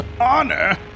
Honor